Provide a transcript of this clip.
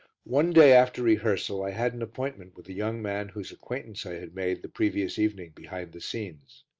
one day after rehearsal i had an appointment with a young man whose acquaintance i had made the previous evening behind the scenes.